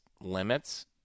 limits